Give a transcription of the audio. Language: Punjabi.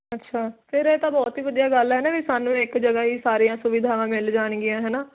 ਅੱਛਾ ਫੇਰ ਇਹ ਤਾਂ ਬਹੁਤ ਈ ਵਧੀਆ ਗੱਲ ਐ ਹੈਨਾ ਵੀ ਸਾਨੂੰ ਇੱਕ ਜਗ੍ਹਾ ਈ ਸਾਰੀਆਂ ਸੁਵਿਧਾਵਾਂ ਮਿਲ ਜਾਣਗੀਆਂ ਹੈਨਾ